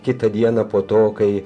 kitą dieną po to kai